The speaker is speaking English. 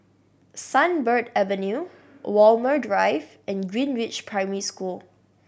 Sunbird Avenue Walmer Drive and Greenridge Primary School